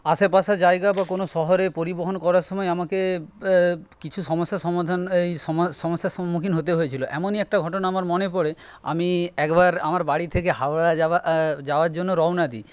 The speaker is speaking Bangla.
আশেপাশে জায়গা বা কোনো শহরে পরিবহণ করার সময় আমাকে কিছু সমস্যার সমাধান এই সমস্যার সম্মুখীন হতে হয়েছিলো এমনই একটা ঘটনা আমার মনে পড়ে আমি একবার আমার বাড়ি থেকে হাওড়া যাওয়ার জন্য রওনা দিই